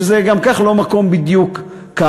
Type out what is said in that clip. שזה גם כך לא מקום בדיוק קל,